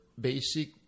basic